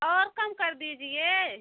और कम कर दीजिए